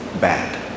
bad